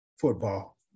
football